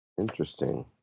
Interesting